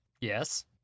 Yes